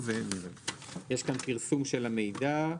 יש כאן פרסום של המידע.